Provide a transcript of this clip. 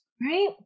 right